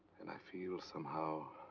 and i feel somehow.